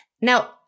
Now